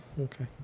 Okay